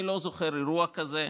אני לא זוכר אירוע כזה.